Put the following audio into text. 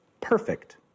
perfect